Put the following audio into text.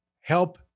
help